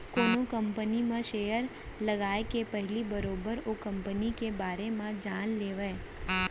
कोनो कंपनी म सेयर लगाए के पहिली बरोबर ओ कंपनी के बारे म जान लेवय